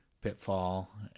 Pitfall